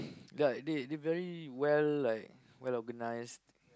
got they they very well like well organised